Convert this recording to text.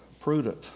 Prudent